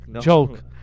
Joke